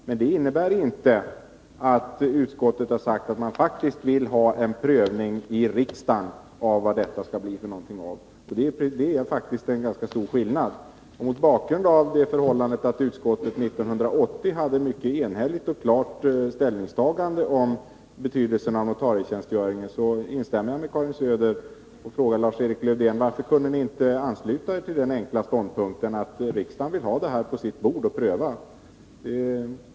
Men det innebär inte att utskottet har sagt att man faktiskt vill ha en prövning i riksdagen av vad detta kan bli för någonting. Det är en ganska stor skillnad. Mot bakgrund av det förhållandet att utskottet 1980 i enighet gjorde ett klart ställningstagande beträffande betydelsen av notarietjänstgöringen instämmer jag som sagt i vad Karin Söder sade och frågar Lars-Erik Lövdén: Varför kunde ni inte ansluta er till den enkla ståndpunkten att låta riksdagen få detta på sitt bord för prövning?